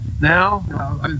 now